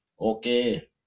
Okay